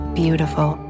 beautiful